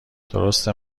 درسته